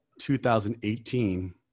2018